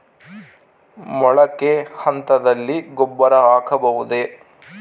ಮೊಳಕೆ ಹಂತದಲ್ಲಿ ಗೊಬ್ಬರ ಹಾಕಬಹುದೇ?